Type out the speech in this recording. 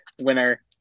winner